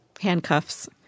Handcuffs